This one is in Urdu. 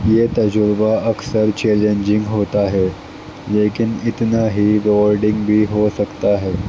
یہ تجربہ اکثر چیلنجنگ ہوتا ہے لیکن اتنا ہی بورڈنگ بھی ہو سکتا ہے